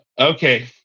Okay